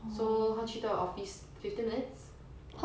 so 他去到 office fifteen minutes